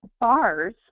bars